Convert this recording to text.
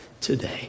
today